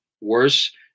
worse